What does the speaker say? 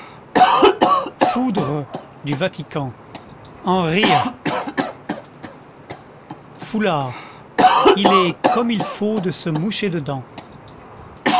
foudres du vatican en rire foulard il est comme il faut de se moucher dedans